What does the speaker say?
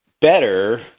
better